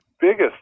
biggest